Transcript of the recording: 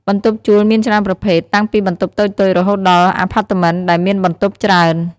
បន្ទប់ជួលមានច្រើនប្រភេទ តាំងពីបន្ទប់តូចៗរហូតដល់អាផាតមិនដែលមានបន្ទប់ច្រើន។